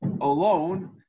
alone